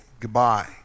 goodbye